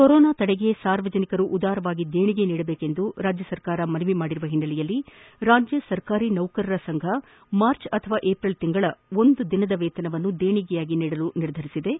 corona ತಡೆಗೆ ಸಾರ್ವಜನಿಕರು ಉದಾರವಾಗಿ ದೇಣಿಗೆ ನೀಡಬೇಕೆಂದು ಸರ್ಕಾರ ಮನವಿ ಮಾಡಿದ ಹಿನ್ನೆಲೆಯಲ್ಲಿ ರಾಜ್ಯ ಸರ್ಕಾರಿ ನೌಕರರ ಸಂಘ ಮಾರ್ಚ್ ಅಥವಾ ಏಪ್ರಿಲ್ ತಿಂಗಳ ಒಂದು ದಿನದ ವೇತನವನ್ನು ದೇಣಿಗೆಯಾಗಿ ನೀಡಲು ನಿರ್ಧರಿಸಿದ್ದು